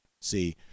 see